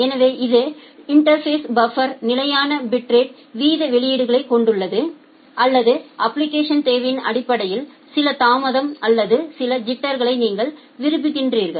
எனவே இது interface buffer நிலையான பிட்ரேட் வீத வெளியீட்டைக் கொண்டுள்ளது அல்லது அப்ளிகேஷன் தேவையின் அடிப்படையில் சில தாமதம் அல்லது சில ஐிட்டர்களை நீங்கள் விரும்புகிறீர்கள்